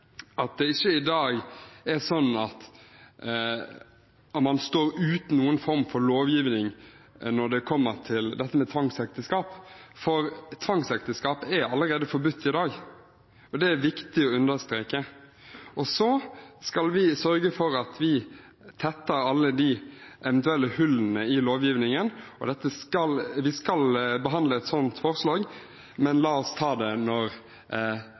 at det ikke er sånn at man i dag står uten noen form for lovgivning når det gjelder tvangsekteskap. For tvangsekteskap er allerede forbudt i dag, det er viktig å understreke. Så skal vi sørge for at vi tetter alle de eventuelle hullene i lovgivningen. Vi skal behandle et sånt forslag, men la oss ta det når